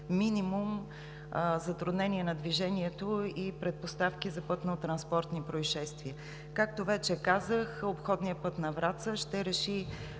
минимум затруднение на движението и предпоставки за пътнотранспортни произшествия. Както вече казах, обходният път на Враца –